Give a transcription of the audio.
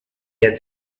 had